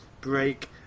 break